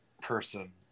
person